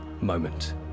moment